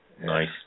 Nice